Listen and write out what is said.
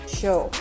show